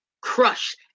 crush